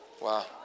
Wow